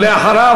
ואחריו,